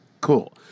Cool